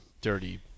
Dirty